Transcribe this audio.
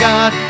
God